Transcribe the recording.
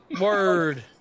Word